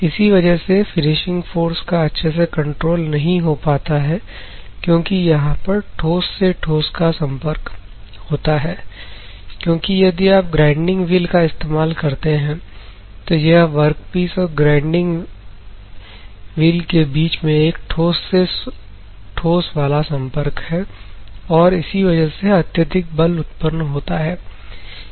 इसी वजह से फिनिशिंग फोर्स का अच्छे से कंट्रोल नहीं हो पाता है क्योंकि यहां पर ठोस से ठोस का संपर्क होता है क्योंकि यदि आप ग्राइंडिंग व्हील का इस्तेमाल करते हैं तो यह वर्कपीस और ग्राइंडिंग मिल के बीच में एक ठोस से ठोस वाला संपर्क है और इसी वजह से अत्यधिक बल उत्पन्न होता है